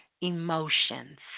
emotions